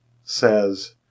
says